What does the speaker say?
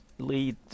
Lead